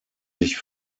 sich